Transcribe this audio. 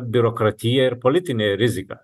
biurokratija ir politinė rizika